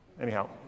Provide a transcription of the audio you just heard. anyhow